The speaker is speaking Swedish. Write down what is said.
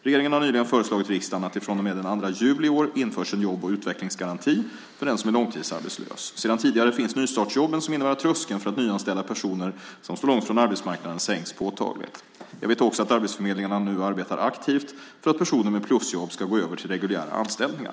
Regeringen har nyligen föreslagit riksdagen att det från och med den 2 juli i år införs en jobb och utvecklingsgaranti för den som är långtidsarbetslös. Sedan tidigare finns nystartsjobben som innebär att tröskeln för att nyanställa personer som står långt från arbetsmarknaden sänks påtagligt. Jag vet också att arbetsförmedlingarna nu arbetar aktivt för att personer med plusjobb ska gå över till reguljära anställningar.